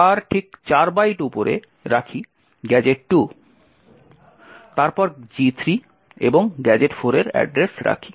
তার ঠিক 4 বাইট উপরে রাখি গ্যাজেট 2 তারপর G3 এবং গ্যাজেট 4 এর অ্যাড্রেস রাখি